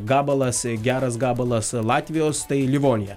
gabalas geras gabalas latvijos tai livonija